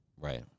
Right